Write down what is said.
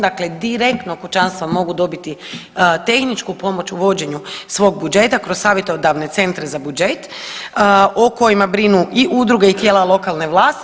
Dakle, direktno kućanstva mogu dobiti tehničku pomoć u vođenju svog budžeta kroz savjetodavne Centre za budžet o kojima brinu i udruge i tijela lokalne vlasti.